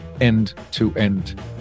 end-to-end